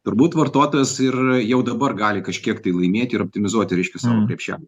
turbūt vartotojas ir jau dabar gali kažkiek tai laimėti ir optimizuoti reiškia savo krepšelį